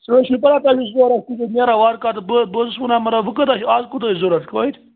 سُہ حظ چھِ مےٚ پَتاہ تٔمِس چھُ نیران وارٕکار تہٕ بہٕ بہٕ اوسُس وَنان مَطلَب وۅنۍ کوتاہ اَز کوٗتاہ چھُ ضروٗرت یِتھٕ پٲٹھۍ